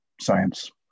science